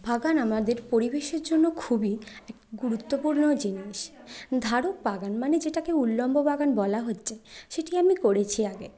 বাগান আমাদের পরিবেশের জন্য খুবই এক গুরুত্বপূর্ণ জিনিস ধারক বাগান মানে যেটাকে উল্লম্ব বাগান বলা হচ্ছে সেটি আমি করেছি আগে